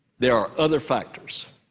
there are other factors.